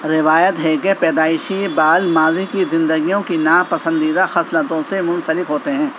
روایت ہے کہ پیدائشی بال ماضی کی زندگیوں کی ناپسندیدہ خصلتوں سے منسلک ہوتے ہیں